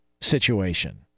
situation